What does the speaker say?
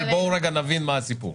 אבל בואו רגע נבין מה הסיפור.